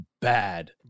bad